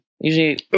Usually